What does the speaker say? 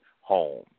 home